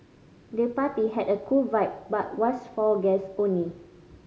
the party had a cool vibe but was for guest only